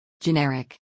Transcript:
Generic